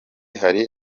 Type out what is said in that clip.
hari